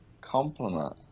compliment